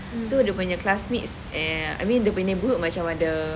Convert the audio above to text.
so dia punya classmates I mean when the group macam ada